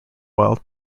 wild